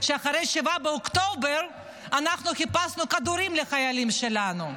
שאחרי 7 באוקטובר אנחנו חיפשנו כדורים לחיילים שלנו,